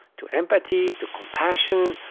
to empathy, to compassion,